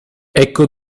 ecco